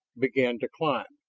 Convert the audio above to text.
began to climb,